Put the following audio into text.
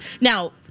Now